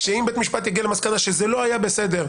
כשאם בית משפט יגיע למסקנה שזה לא היה בסדר,